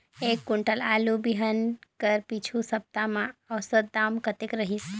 एक कुंटल आलू बिहान कर पिछू सप्ता म औसत दाम कतेक रहिस?